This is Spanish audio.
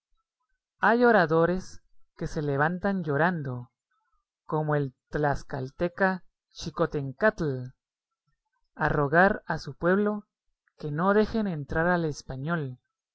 hay oradores que se levantan llorando como el tlascalteca xicotencatl a rogar a su pueblo que no dejen entrar al español